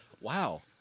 Wow